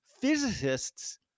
physicists